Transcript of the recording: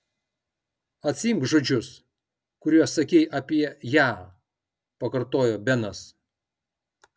atsiimk žodžius kuriuos sakei apie ją pakartojo benas